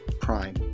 prime